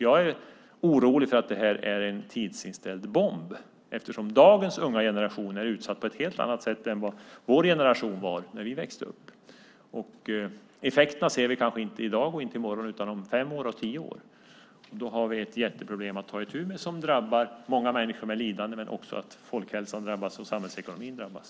Jag är orolig för att det här är en tidsinställd bomb, eftersom dagens unga generation är utsatt på ett helt annat sätt än vad vi i vår generation var när vi växte upp. Effekterna ser vi kanske inte i dag och inte i morgon utan om fem år och tio år. Då har vi ett jätteproblem att ta itu med, som drabbar många människor med lidande. Men också folkhälsan och samhällsekonomin drabbas.